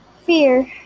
Fear